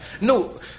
No